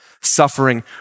suffering